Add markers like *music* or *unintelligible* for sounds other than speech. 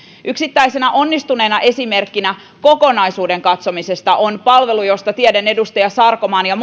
yksittäisenä onnistuneena esimerkkinä kokonaisuuden katsomisesta on palvelu jossa tiedän edustaja sarkomaan ja *unintelligible*